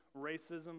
racism